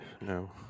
no